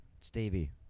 Stevie